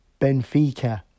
Benfica